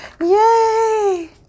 yay